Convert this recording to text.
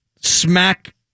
smack